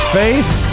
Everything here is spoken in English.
faith